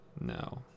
No